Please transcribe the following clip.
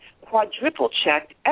quadruple-checked